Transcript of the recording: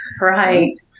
Right